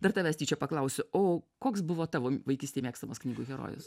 dar tavęs tyčia paklausiu o koks buvo tavo vaikystėj mėgstamas knygų herojus